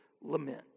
lament